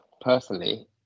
personally